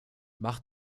mach